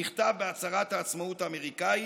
נכתב בהצהרת העצמאות האמריקאית,